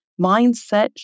mindset